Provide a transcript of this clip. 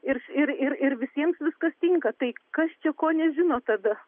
ir ir ir visiems viskas tinka tai kas čia ko nežino tada